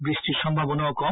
বৃষ্টির সম্ভাবনাও কম